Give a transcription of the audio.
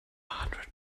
hundred